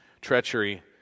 treachery